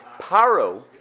Paro